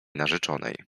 narzeczonej